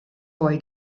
boy